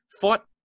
fought